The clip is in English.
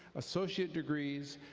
associate degrees,